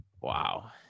Wow